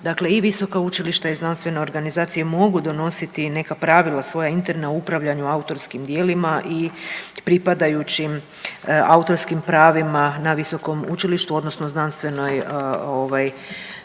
dakle i visoka učilišta i znanstvene organizacije mogu donositi neka pravila svoja interna o upravljanju autorskim djelima i pripadajućim autorskim pravima na visokom učilištu odnosno znanstvenoj odnosno